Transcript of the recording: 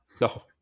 No